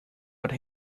but